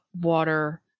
water